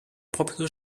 popular